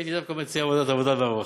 הייתי דווקא מציע ועדת עבודה ורווחה.